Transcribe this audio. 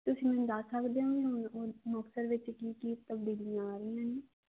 ਤੁਸੀਂ ਮੈਨੂੰ ਦੱਸ ਸਕਦੇ ਹੋ ਹੁਣ ਮੁਕਤਸਰ ਵਿੱਚ ਕੀ ਕੀ ਤਬਦੀਲੀਆਂ ਆ ਰਹੀਆਂ ਨੇ